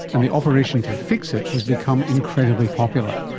and the operation to fix it has become incredibly popular.